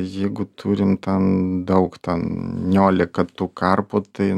jeigu turim ten daug ten nioliką tų karpų tai